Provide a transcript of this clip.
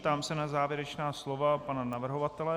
Ptám se na závěrečná slova pana navrhovatele.